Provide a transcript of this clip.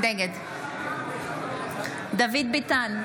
נגד דוד ביטן,